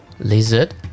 Lizard